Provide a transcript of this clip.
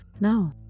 No